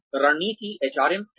रणनीतिक एचआरएम फिर से